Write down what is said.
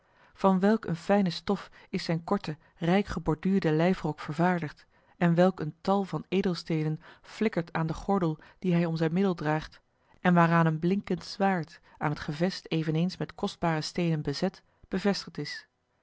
van welk eene fijne stof is zijn korte rijk geborduurde lijfrok vervaardigd en welk een tal van edelsteenen flikkert aan den gordel dien hij om zijn middel draagt en waaraan een blinkend zwaard aan het gevest eveneens met kostbare steenen bezet bevestigd is